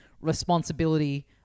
responsibility